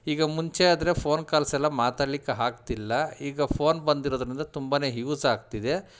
ಈಗ ಮುಂಚೆ ಆದರೆ ಫೋನ್ ಕಾಲ್ಸ್ ಎಲ್ಲ ಮಾತಾಡ್ಲಿಕ್ಕೆ ಆಗ್ತಿಲ್ಲ ಈಗ ಫೋನ್ ಬಂದಿರೋದ್ರಿಂದ ತುಂಬಾ ಯೂಸ್ ಆಗ್ತಿದೆ